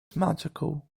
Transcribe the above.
magical